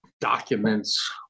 documents